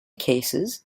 cases